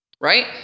right